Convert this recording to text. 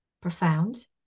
Profound